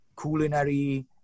culinary